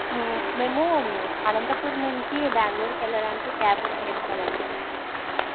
మేము అనంతపూర్ నుంచి బెంగళూరుకు వెళ్ళడానికి క్యాబ్ బుక్ చేసుకోవాలి అనుకుంటున్నాము